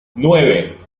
nueve